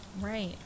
Right